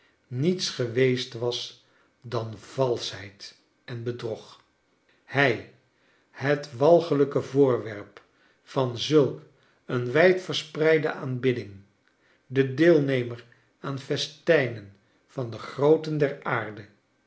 niets geweest was dan valschheid en bedrog hij het walgelrjke voorwerpvan zulk een wijd verspreide aanbidding de deelnemer aan de festijnen van de grooten der aarde